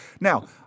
now